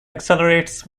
accelerates